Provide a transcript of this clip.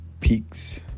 Peaks